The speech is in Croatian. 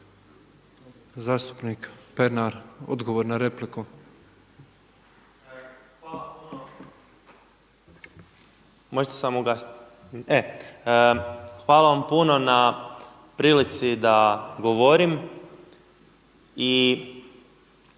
Hvala vam puno na prilici da govorim